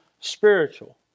spiritual